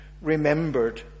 remembered